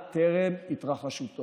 מומחים כאלה